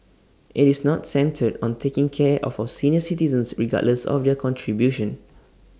IT is not centred on taking care of our senior citizens regardless of their contribution